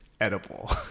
edible